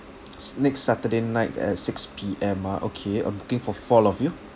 s~ next saturday night at six P_M ah okay uh booking for for all of you